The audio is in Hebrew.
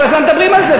כל הזמן מדברים על זה.